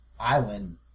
island